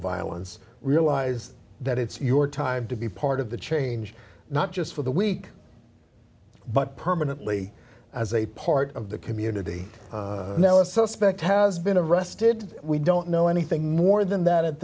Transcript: violence realize that it's your time to be part of the change not just for the week but permanently as a part of the community now a suspect has been arrested we don't know anything more than that at